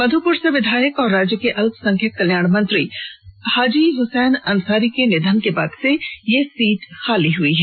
मधुपुर से विधायक और राज्य के अल्पसंख्यक कल्याण मंत्री हाजी हुसैन अंसारी के निधन के बाद से यह सीट खाली हुई है